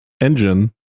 engine